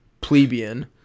plebeian